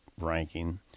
ranking